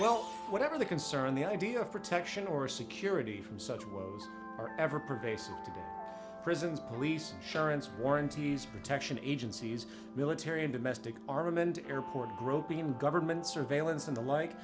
well whatever the concern the idea of protection or security from such ever pervasive prisons police sharon's warranties protection agencies military and domestic armament airport groping in government surveillance and the like